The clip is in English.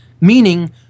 Meaning